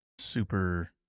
super